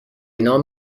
نام